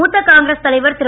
மூத்த காங்கிரஸ் தலைவர் திரு